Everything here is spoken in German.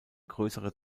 größere